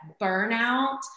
burnout